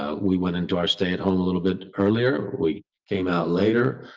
ah we went into our state home a little bit earlier. we came out later.